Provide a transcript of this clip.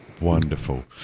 Wonderful